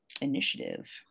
initiative